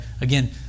again